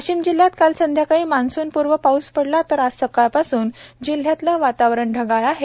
वाशीम जिल्ह्यात काल संध्याकाळी मान्सून पूर्व पाऊस पडला तर आज सकाळपासून जिल्ह्यातंल वातावरण ढगाळ आहे